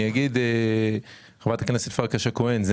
אני אגיד לחברת הכנסת פרקש הכהן שזה